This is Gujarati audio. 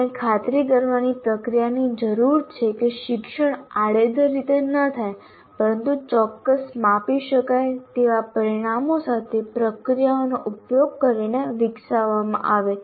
આપણને ખાતરી કરવાની પ્રક્રિયાની જરૂર છે કે શિક્ષણ આડેધડ રીતે ન થાય પરંતુ ચોક્કસ માપી શકાય તેવા પરિણામો સાથે પ્રક્રિયાનો ઉપયોગ કરીને વિકસાવવામાં આવે